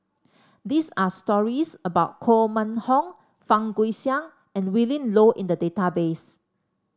these are stories about Koh Mun Hong Fang Guixiang and Willin Low in the database